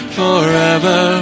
forever